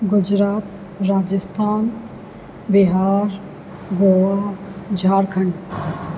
Gujarat Rajasthan Bihar Goa Jharkhand